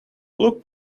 look